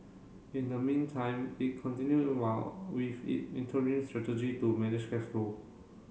in the meantime it continued while with it interim strategy to manage cash flow